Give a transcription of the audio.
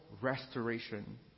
restoration